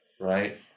right